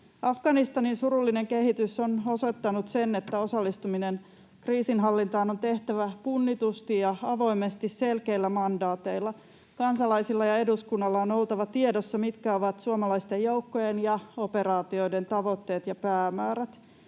Afganistanin surullinen kehitys on osoittanut sen, että osallistuminen kriisinhallintaan on tehtävä punnitusti ja avoimesti selkeillä mandaateilla. Kansalaisilla ja eduskunnalla on oltava tiedossa, mitkä ovat suomalaisten joukkojen ja operaatioiden tavoitteet ja päämäärät.